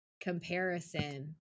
comparison